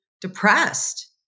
depressed